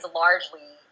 largely